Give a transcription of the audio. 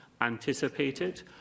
anticipated